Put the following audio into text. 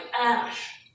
ash